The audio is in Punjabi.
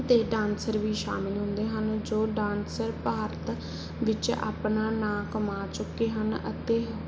ਅਤੇ ਡਾਂਸਰ ਵੀ ਸ਼ਾਮਿਲ ਹੁੰਦੇ ਹਨ ਜੋ ਡਾਂਸਰ ਭਾਰਤ ਵਿੱਚ ਆਪਣਾ ਨਾਂ ਕਮਾ ਚੁੱਕੇ ਹਨ ਅਤੇ